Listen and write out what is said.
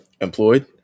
Employed